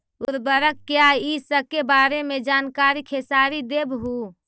उर्वरक क्या इ सके बारे मे जानकारी खेसारी देबहू?